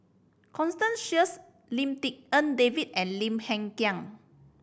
Constance Sheares Lim Tik En David and Lim Hng Kiang